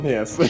Yes